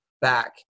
Back